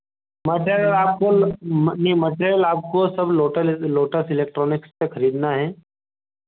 material आपको नहीं material आपको सब लोटस लोटस इलेक्ट्रॉनिक से खरीदना है